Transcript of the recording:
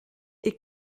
est